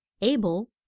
Abel